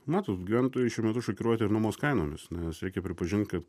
matot gyventuojai šiuo metu šokiruoti ir nuomos kainomis nes reikia pripažint kad